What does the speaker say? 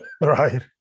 Right